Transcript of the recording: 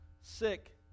sick